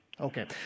Okay